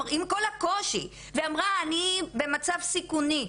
עם כל הקושי ואמרה אני במצב סיכוני,